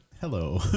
Hello